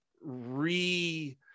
re